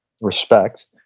respect